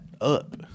up